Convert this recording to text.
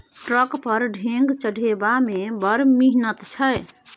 truck पर ढेंग चढ़ेबामे बड़ मिहनत छै